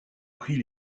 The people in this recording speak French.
prient